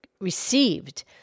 received